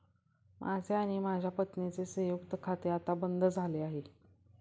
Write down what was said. माझे आणि माझ्या पत्नीचे संयुक्त खाते आता बंद झाले आहे